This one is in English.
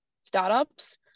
startups